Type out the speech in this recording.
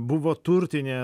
buvo turtiniai